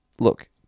Look